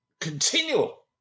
continual